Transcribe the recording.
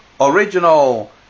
original